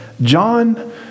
John